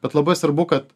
bet labai svarbu kad